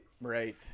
right